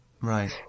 Right